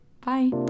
Bye